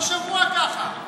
כל שבוע ככה.